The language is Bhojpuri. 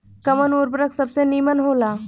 कवन उर्वरक सबसे नीमन होला?